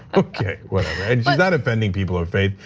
okay, well, she's not offending people or faith.